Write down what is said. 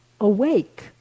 awake